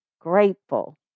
grateful